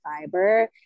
fiber